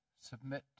Submit